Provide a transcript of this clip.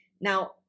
Now